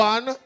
One